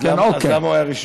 אז למה הוא היה ראשון?